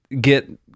get